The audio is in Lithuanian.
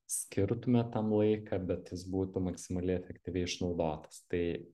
skirtumėt tam laiką bet jis būtų maksimaliai efektyviai išnaudotas tai